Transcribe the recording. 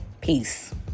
peace